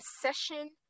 session